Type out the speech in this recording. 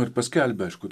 ir paskelbia aišku